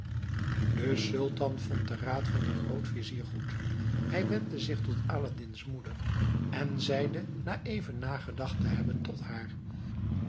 de sultan vond den raad van den grootvizier goed hij wendde zich tot aladdin's moeder en zeide na even nagedacht te hebben tot haar